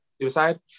suicide